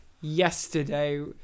yesterday